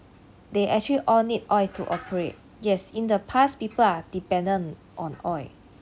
they actually all need oil to operate yes in the past people are dependent on oil